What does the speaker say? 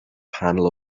panel